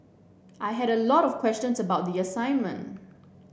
I had a lot of questions about the assignment